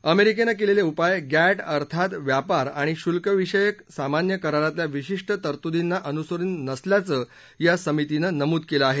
अमेरिकेनं केलेले उपाय गअर्थात व्यापार आणि शुल्कविषयक सामान्य करारातल्या विशिष्ट तरतुर्दींना अनुसरून नसल्यायं या समितीनं नमूद केलं आहे